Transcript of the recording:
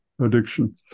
addiction